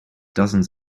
dozens